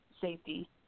safety